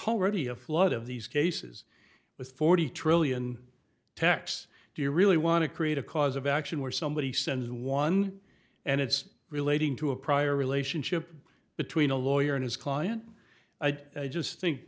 whole ready a flood of these cases with forty trillion tax do you really want to create a cause of action where somebody sends one and it's relating to a prior relationship between a lawyer and his client i just think